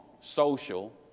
social